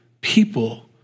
people